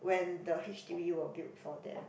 when the h_d_b were built for them